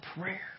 prayer